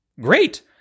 Great